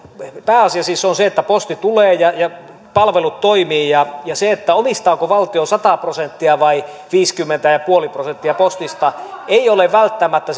pääasia siis on se että posti tulee ja ja palvelut toimivat ja sillä omistaako valtio sata prosenttia vai viisikymmentä pilkku viisi prosenttia postista ei ole välttämättä